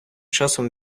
часом